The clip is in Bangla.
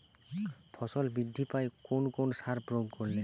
ফসল বৃদ্ধি পায় কোন কোন সার প্রয়োগ করলে?